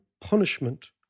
punishment